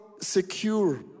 secure